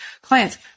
clients